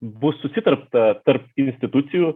bus susitarta tarp institucijų